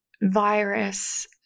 virus